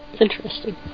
Interesting